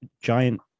giant